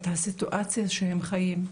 את הסיטואציה שהם חיים,